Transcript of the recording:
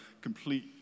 Complete